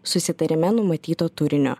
susitarime numatyto turinio